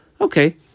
Okay